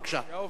בבקשה,